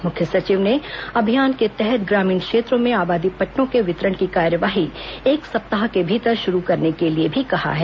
मुख्य सचिव ने अभियान के तहत ग्रामीण क्षेत्रों में आबादी पट्टों के वितरण की कार्यवाही एक सप्ताह के भीतर शुरू करने के लिए भी कहा है